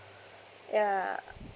ya